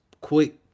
quick